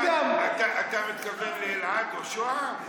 לא מבחן, אתה מתכוון לאלעד או שוהם?